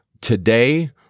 today